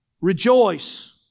rejoice